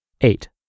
Eight